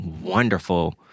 wonderful